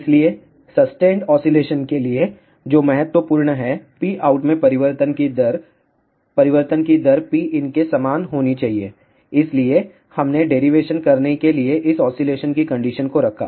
इसलिए sustained oscillation के लिए जो महत्वपूर्ण हैPout में परिवर्तन की दर परिवर्तन की दर Pin के समान होनी चाहिए इसलिए हमने डेरिवेशन करने के लिए इस ऑसीलेशन की कंडीशन को रखा